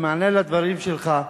במענה על הדברים שלך,